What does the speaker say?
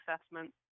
assessment